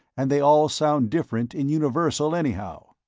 and they all sound different in universal anyhow.